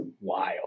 wild